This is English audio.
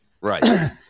right